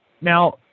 Now